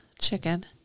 chicken